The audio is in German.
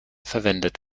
verwendet